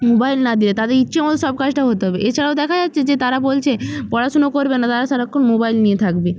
mobile না দিয়ে তাদের ইচ্ছে মতো সব কাজটা হতে হবে এছাড়াও দেখা যাচ্ছে যে তারা বলছে পড়াশোনা করবে না তারা সারাক্ষণ মোবাইল নিয়ে থাকবে